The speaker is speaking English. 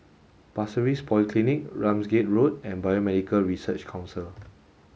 Pasir Ris Polyclinic Ramsgate Road and Biomedical Research Council